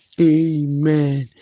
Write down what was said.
Amen